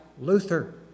Luther